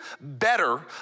better